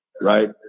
right